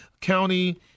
County